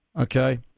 Okay